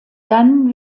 dann